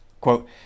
quote